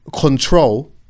control